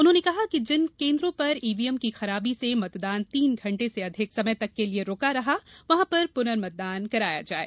उन्होंने कहा कि जिन केन्द्रों पर ईवीएम की खराबी से मतदान तीन घण्टे से अधिक रुका रहा वहां पर पुनर्मतदान कराया जाये